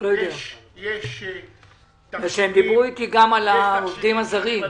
הם דיברו איתי גם על העובדים הזרים.